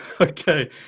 Okay